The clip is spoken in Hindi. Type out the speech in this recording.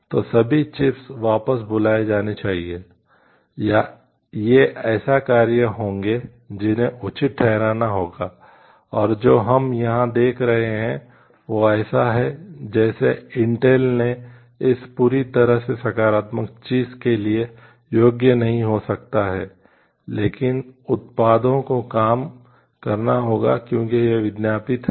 तो सभी चिप्स ने इस पूरी तरह से सकारात्मक चीज के लिए योग्य नहीं हो सकता है लेकिन उत्पादों को काम करना होगा क्योंकि यह विज्ञापित है